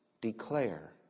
declare